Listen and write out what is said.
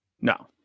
No